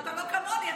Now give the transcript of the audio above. אבל לא כמוני.